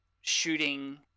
shooting